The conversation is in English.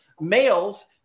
males